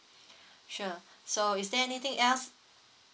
sure so is there anything else